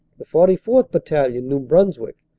the forty fourth. battalion, new brunswick,